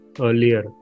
earlier